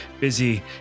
busy